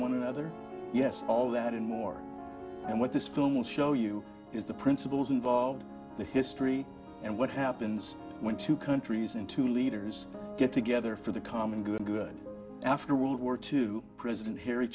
one another yes all that and more and what this film will show you is the principles involved the history and what happens when two countries in two leaders get together for the common good after world war two president harry